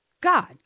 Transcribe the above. God